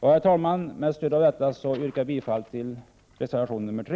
Herr talman! Med det anförda yrkar jag bifall till reservation nr 3.